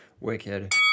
Wicked